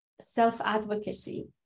self-advocacy